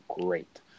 great